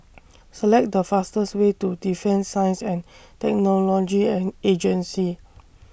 Select The fastest Way to Defence Science and Technology and Agency